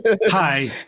hi